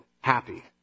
happy